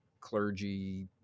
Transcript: clergy